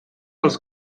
els